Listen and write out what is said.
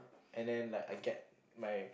and then like I get my